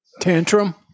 tantrum